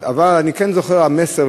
אני כן זוכר את המסר,